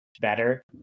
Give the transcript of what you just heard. better